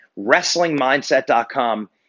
wrestlingmindset.com